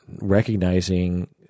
recognizing